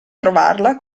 trovarla